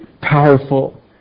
powerful